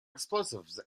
explosives